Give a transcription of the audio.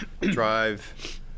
drive